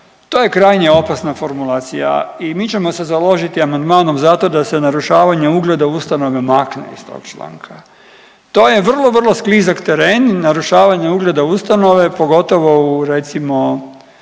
To je krajnje opasna formulacija i mi ćemo se založiti amandmanom za to da se narušavanje ugleda u ustanovi makne iz toga članka. To je vrlo, vrlo sklizak teren. Narušavanje ugleda ustanove pogotovo recimo